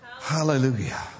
Hallelujah